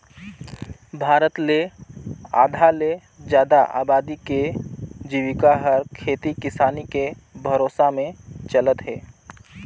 भारत ले आधा ले जादा अबादी के जिविका हर खेती किसानी के भरोसा में चलत हे